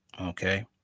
Okay